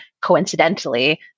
Coincidentally